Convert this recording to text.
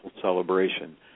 celebration